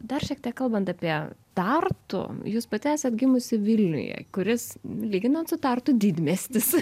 dar šiek tiek kalbant apie tartu jūs pati esat gimusi vilniuje kuris lyginant su tartu didmiestis